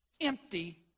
empty